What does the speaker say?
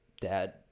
dad